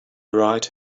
write